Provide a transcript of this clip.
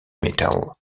metal